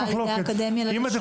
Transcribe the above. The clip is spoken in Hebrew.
על ידי האקדמיה --- אם יש מחלוקת,